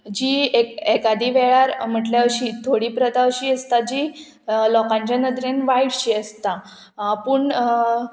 जी एकादी वेळार म्हटल्यार अशी थोडी प्रथा अशी आसता जी लोकांच्या नदरेन वायट शी आसता पूण